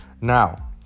now